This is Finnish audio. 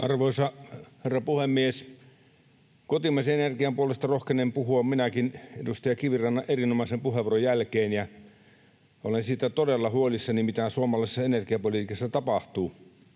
Arvoisa herra puhemies! Kotimaisen energian puolesta rohkenen puhua minäkin edustaja Kivirannan erinomaisen puheenvuoron jälkeen. Olen todella huolissani siitä, mitä suomalaisessa energiapolitiikassa tapahtuu.